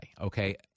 okay